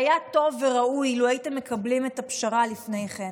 היה טוב וראוי לו הייתם מקבלים את הפשרה לפני כן.